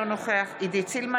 אינו נוכח עידית סילמן,